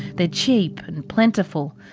they're cheap, and plentiful.